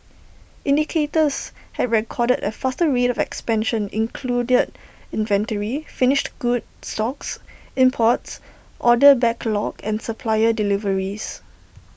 indicators had recorded A faster rate of expansion included inventory finished goods stocks imports order backlog and supplier deliveries